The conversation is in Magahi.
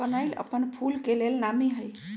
कनइल अप्पन फूल के लेल नामी हइ